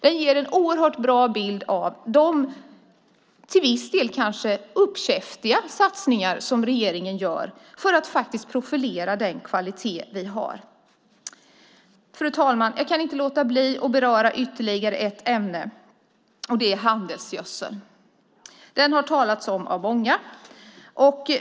Det ger en bra bild av de till viss del kanske uppkäftiga satsningar som regeringen gör för att profilera den kvalitet vi har att erbjuda. Fru ålderspresident! Jag kan inte låta bli att beröra ytterligare ett ämne, och det har tagits upp av många.